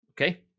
Okay